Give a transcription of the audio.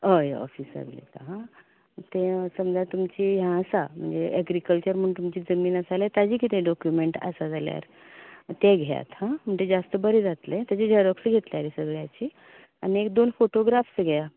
हय हय ऑफिसांत दिता हां ते समजा तुमची हें आसा हें एग्रिक्लचर म्हूण तुमची जमीन आसा ताजे कितें डॉक्युमेंट आसा जाल्यार तें घेयात हां म्हणटकीर जें आसता बरें जातलें तेजे झेरोक्स घेतली ते सगळ्याची आनी एक दोन फोटोग्राफ घेयात